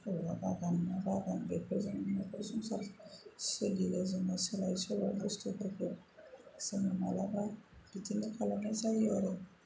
खमला बागान मा बागान बेफोरजोंनो नखर संसार सोलियो जोङो सोलाय सोल' बुस्थुफोरखौ जों मालाबा बिदिनो खालामनाय जायो आरो